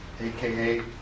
aka